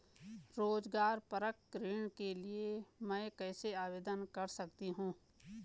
रोज़गार परक ऋण के लिए मैं कैसे आवेदन कर सकतीं हूँ?